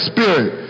Spirit